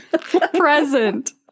Present